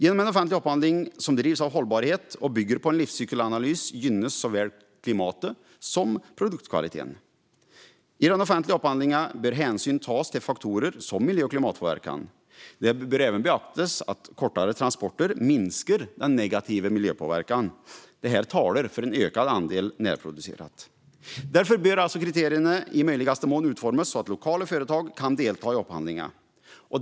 Genom en offentlig upphandling som drivs av hållbarhet och som bygger på en livscykelanalys gynnas såväl klimatet som produktkvaliteten. I den offentliga upphandlingen bör hänsyn tas till faktorer som miljö och klimatpåverkan. Det bör även beaktas att kortare transporter minskar den negativa miljöpåverkan. Det talar för en ökad andel närproducerat. Därför bör kriterierna i möjligaste mån utformas så att lokala företag kan delta i upphandlingen.